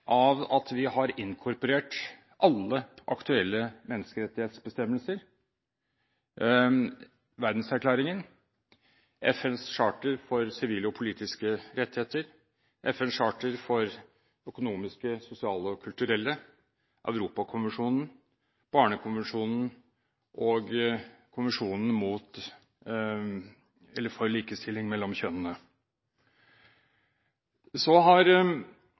av at vi har inkorporert alle aktuelle menneskerettighetsbestemmelser: Verdenserklæringen, FNs konvensjon om sivile og politiske rettigheter, FNs konvensjon om økonomiske, sosiale og kulturelle rettigheter, Den europeiske menneskerettskonvensjon, Barnekonvensjonen og